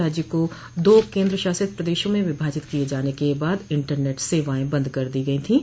राज्य को दो केन्द्रशासित प्रदेशों में विभाजित किए जाने के बाद इंटरनेट सेवाए बंद कर दी गई थीं